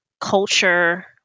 culture